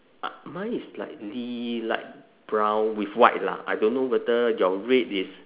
uh mine is slightly light brown with white lah I don't know whether your red is